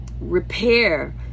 repair